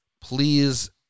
Please